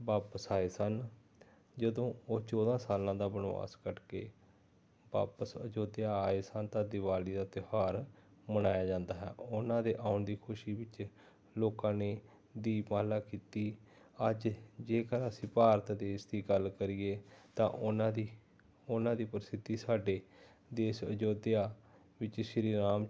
ਵਾਪਸ ਆਏ ਸਨ ਜਦੋਂ ਉਹ ਚੌਦਾਂ ਸਾਲਾਂ ਦਾ ਬਨਵਾਸ ਕੱਟ ਕੇ ਵਾਪਸ ਅਯੋਧਿਆ ਆਏ ਸਨ ਤਾਂ ਦੀਵਾਲੀ ਦਾ ਤਿਉਹਾਰ ਮਨਾਇਆ ਜਾਂਦਾ ਹੈ ਉਹਨਾਂ ਦੇ ਆਉਣ ਦੀ ਖੁਸ਼ੀ ਵਿੱਚ ਲੋਕਾਂ ਨੇ ਦੀਪਮਾਲਾ ਕੀਤੀ ਅੱਜ ਜੇਕਰ ਅਸੀਂ ਭਾਰਤ ਦੇਸ਼ ਦੀ ਗੱਲ ਕਰੀਏ ਤਾਂ ਉਹਨਾਂ ਦੀ ਉਹਨਾਂ ਦੀ ਪ੍ਰਸਿੱਧੀ ਸਾਡੇ ਦੇਸ਼ ਅਯੋਧਿਆ ਵਿੱਚ ਸ਼੍ਰੀ ਰਾਮ